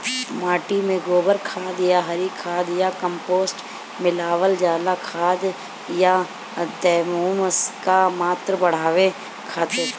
माटी में गोबर खाद या हरी खाद या कम्पोस्ट मिलावल जाला खाद या ह्यूमस क मात्रा बढ़ावे खातिर?